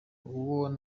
uwoya